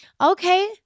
okay